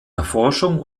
erforschung